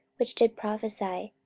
which did prophesy.